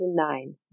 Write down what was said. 2009